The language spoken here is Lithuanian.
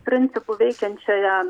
principu veikiančioje